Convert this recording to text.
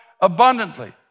abundantly